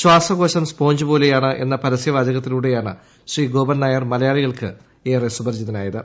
ശ്വാസകോശം സ്പോഞ്ച് പോലെയാണ് എന്ന പരസ്യ വാചകത്തിലൂടെയാണ് ശ്രീ ഗോപൻ നായർ മലയാളികൾക്കെറെ സുപരിചിതനായത്